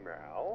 now